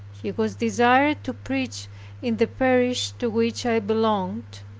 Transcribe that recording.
he was desired to preach in the parish to which i belonged.